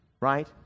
right